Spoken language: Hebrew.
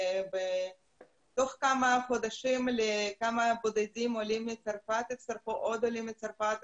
ותוך כמה חודשים הצטרפו עוד עולים מצרפת,